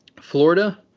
Florida